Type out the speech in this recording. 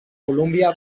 colúmbia